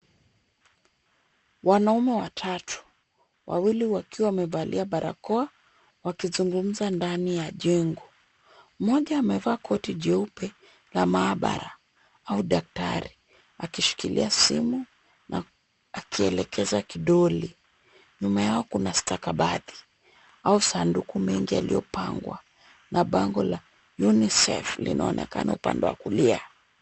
Wanaume watatu. Wawili wakiwa wamevalia barakoa, wakizungumza ndani ya jengo. Mmoja amevaa koti jeupe la maabara au daktari akishikilia simu na kuelekeza kidole. Nyuma yao kuna atakabadhi au masanduku mengi yaliyopangwa na bango la UNICEF linaonekana upande wa kulia.